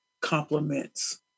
compliments